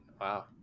wow